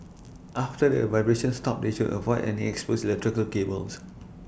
after the vibrations stop they should avoid any exposed electrical cables